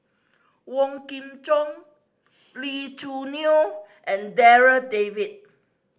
Wong Kin Jong Lee Choo Neo and Darryl David